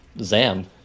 Zam